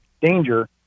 danger